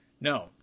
No